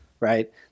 right